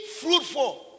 fruitful